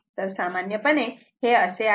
तर सामान्यपणे हे असे आहे